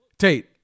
Tate